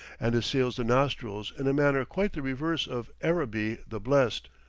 and assails the nostrils in a manner quite the reverse of araby the blest.